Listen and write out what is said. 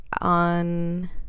on